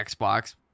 Xbox